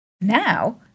Now